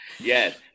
Yes